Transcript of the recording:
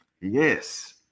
Yes